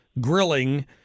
grilling